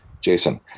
Jason